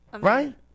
Right